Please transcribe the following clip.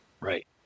Right